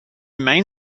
main